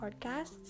podcasts